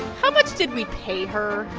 how much did we pay her?